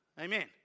Amen